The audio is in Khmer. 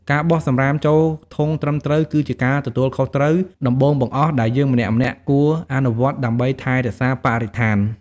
ការបោះសំរាមចូលធុងត្រឹមត្រូវ គឺជាការទទួលខុសត្រូវដំបូងបង្អស់ ដែលយើងម្នាក់ៗគួរអនុវត្តដើម្បីថែរក្សាបរិស្ថាន។